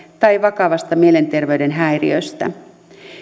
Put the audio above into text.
tai vakavasta mielenterveyden häiriöstä